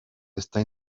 está